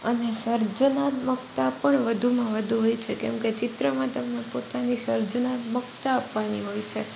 અને સર્જનાત્મકતા પણ વધુમાં વધુ હોય છે કેમકે ચિત્રમાં તમને પોતાની સર્જનાત્મકતા આપવાની હોય છે